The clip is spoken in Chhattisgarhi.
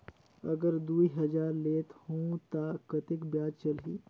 अगर दुई हजार लेत हो ता कतेक ब्याज चलही?